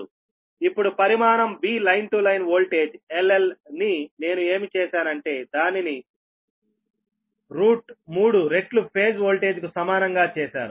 ఇప్పుడు పరిమాణం V line to line voltage L Lని నేను ఏమి చేశాను అంటే దానిని 3రెట్లు ఫేజ్ ఓల్టేజ్ కు సమానంగా చేశాను